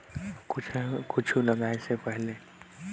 जैविक खाद ल कब खेत मे छिड़काव करे ले जादा फायदा मिलही?